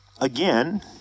again